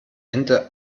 ende